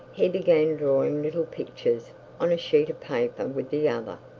he began drawing little pictures on a sheet of paper with the other.